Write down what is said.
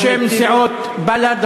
בשם סיעות בל"ד,